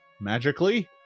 magically